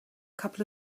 couple